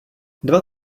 dva